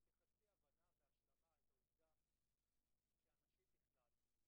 בחצי הבנה והשלמה את העובדה שאנשים בכלל,